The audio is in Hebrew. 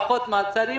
פחות מעצרים,